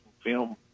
film